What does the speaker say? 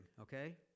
okay